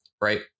right